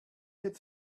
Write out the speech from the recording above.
get